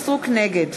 נגד